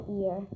ear